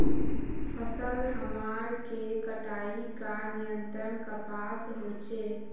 फसल हमार के कटाई का नियंत्रण कपास होचे?